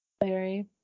Larry